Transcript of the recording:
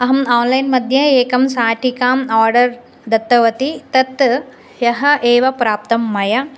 अहम् आन्लैन् मद्ये एकं साटिकाम् आर्डर् दत्तवती तत् ह्यः एव प्राप्तं मया